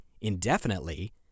indefinitely